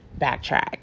backtrack